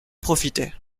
profiter